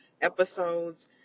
episodes